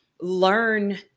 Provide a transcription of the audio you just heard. learn